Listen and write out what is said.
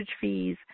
fees